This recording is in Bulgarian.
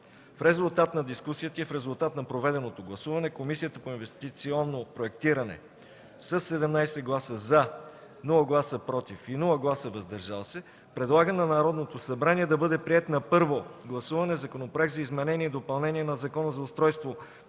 В резултат на дискусията и на проведеното гласуване Комисията по инвестиционно проектиране: - със 17 гласа „за”, без „против” и „въздържали се” предлага на Народното събрание да бъде приет на първо гласуване Законопроект за изменение и допълнение на Закона за устройството